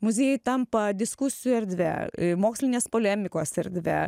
muziejai tampa diskusijų erdve mokslinės polemikos erdve